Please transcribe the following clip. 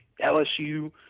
LSU